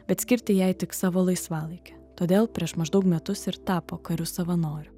bet skirti jai tik savo laisvalaikį todėl prieš maždaug metus ir tapo kariu savanoriu